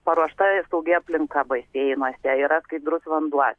paruošta saugi aplinka baseinuose yra skaidrus vanduo